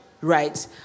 Right